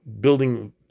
building